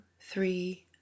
three